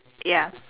ya